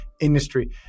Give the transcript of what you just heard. industry